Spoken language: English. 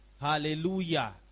Hallelujah